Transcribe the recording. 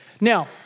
Now